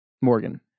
Morgan